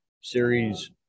series